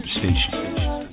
station